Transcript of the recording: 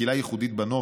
זו קהילה ייחודית בנוף,